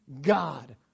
God